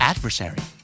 Adversary